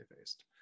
faced